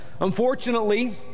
Unfortunately